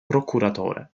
procuratore